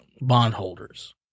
bondholders